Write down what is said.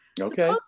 Okay